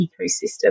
ecosystem